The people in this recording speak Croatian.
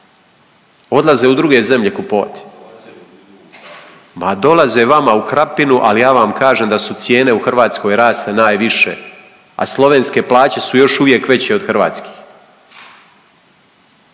Odlaze u druge zemlje kupovati. Ma dolaze vama u Krapinu, ali ja vam kažem da su cijene u Hrvatskoj rasle najviše, a slovenske plaće su još uvijek veće od hrvatskih,